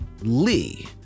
Lee